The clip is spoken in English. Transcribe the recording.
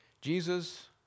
Jesus